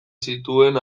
zituen